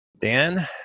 Dan